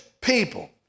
people